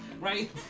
right